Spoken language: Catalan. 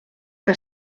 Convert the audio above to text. que